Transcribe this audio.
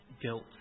guilt